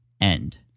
end